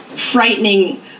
frightening